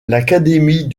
l’académie